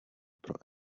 pro